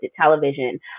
television